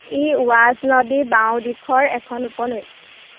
ই ওয়াজ নদীৰ বাওঁ দিশৰ এখন উপনৈ